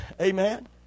Amen